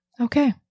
Okay